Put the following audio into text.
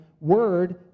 word